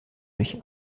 durch